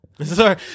Sorry